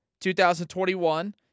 2021